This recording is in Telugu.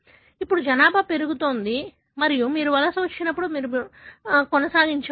ఇప్పుడు జనాభా పెరుగుతోంది మరియు మీరు వలస వచ్చినప్పుడు మీరు కొనసాగించవచ్చు